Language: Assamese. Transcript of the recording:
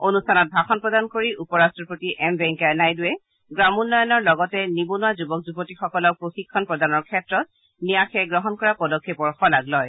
অনুষ্ঠানত ভাষণ প্ৰদান কৰি উপ ৰাট্টপতি এম ভেংকায়া নাইডুৰে গ্ৰামোন্নয়নৰ লগতে নিবনুৱা যুৱক যুৱতীসকলৰ প্ৰশিক্ষণ প্ৰদানৰ ক্ষেত্ৰত ন্যাসে গ্ৰহণ কৰা পদক্ষেপৰ শলাগ লয়